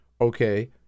okay